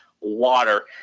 water